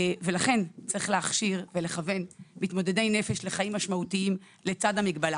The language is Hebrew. ולכן צריך להכשיר ולכוון מתמודדי נפש לחיים משמעותיים לצד המגבלה